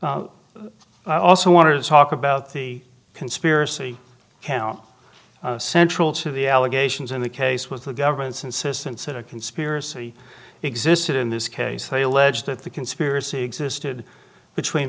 also wanted to talk about the conspiracy count central to the allegations in the case was the government's insistence that a conspiracy existed in this case they allege that the conspiracy existed between